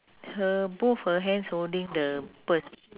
her both her hands holding the purse